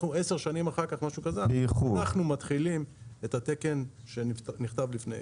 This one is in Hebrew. אנחנו 10 שנים אחר כך מתחילים את התקן שנכתב לפני